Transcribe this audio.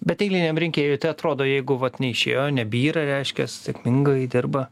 bet eiliniam rinkėjui tai atrodo jeigu vat neišėjo nebyra reiškia sėkmingai dirba